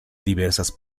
diversas